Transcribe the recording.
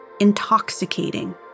intoxicating